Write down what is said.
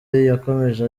yakomeje